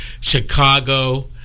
Chicago